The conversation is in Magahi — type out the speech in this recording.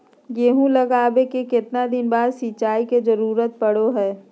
गेहूं लगावे के कितना दिन बाद सिंचाई के जरूरत पड़ो है?